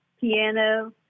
piano